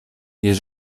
jest